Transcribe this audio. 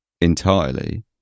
entirely